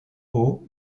eau